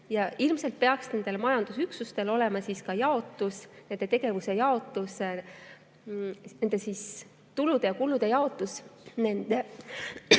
ilmselt peaks nendel majandusüksustel olema ka nende tegevuse jaotus, tulude ja kulude jaotus